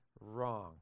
wrong